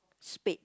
spade